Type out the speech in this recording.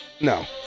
No